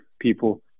people